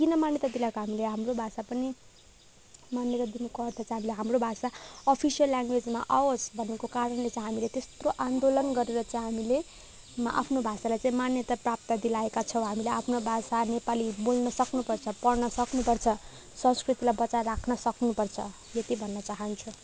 किन मान्यता दिलाएको हामीले हाम्रो भाषा पनि मान्यता दिनुको अर्थ चाहिँ हामीले हाम्रो भाषा अफिसियल ल्याङ्ग्वेजमा आवोस् भन्नुको कारणले चाहिँ हामीले त्यत्रो आन्दोलन गरेर चाहिँ हामीले आफ्नो भाषालाई चाहिँ मान्यता प्राप्त दिलाएका छौँ हामीले आफ्नो भाषा नेपाली बोल्न सक्नु पर्छ पढ्नु सक्नु पर्छ संस्कृतिलाई बचाएर राख्न सक्नु पर्छ यति भन्न चाहन्छु